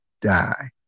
die